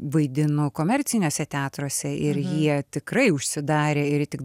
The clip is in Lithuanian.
vaidinu komerciniuose teatruose ir jie tikrai užsidarę ir tik